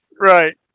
Right